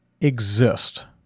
exist